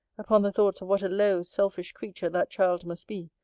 upon the thoughts of what a low, selfish creature that child must be,